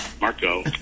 Marco